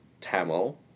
Tamil